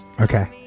Okay